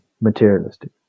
materialistic